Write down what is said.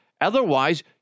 Otherwise